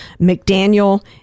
McDaniel